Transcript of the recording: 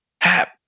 Hap